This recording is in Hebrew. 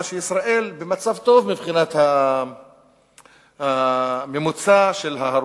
שישראל במצב טוב מבחינת הממוצע של ההרוגים,